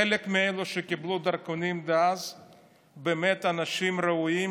חלק מאלה שקיבלו דרכונים אז הם באמת אנשים ראויים,